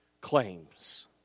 claims